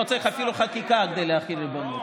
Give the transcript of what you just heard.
לא צריך אפילו חקיקה כדי להחיל ריבונות.